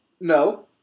No